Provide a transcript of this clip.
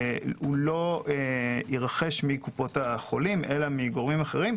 לא יירכש מקופות החולים אלא מגורמים אחרים.